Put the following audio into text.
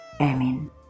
Amen